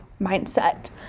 mindset